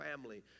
family